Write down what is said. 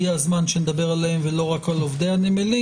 הגיע הזמן שנדבר עליהן ולא רק על עובדי הנמלים.